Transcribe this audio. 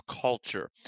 culture